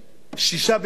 שישה במספר